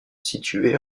situées